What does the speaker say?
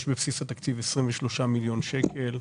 יש בבסיס התקציב 23 מיליון שקלים,